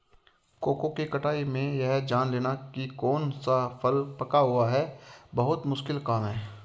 cocoa की कटाई में यह जान लेना की कौन सा फल पका हुआ है बहुत मुश्किल काम है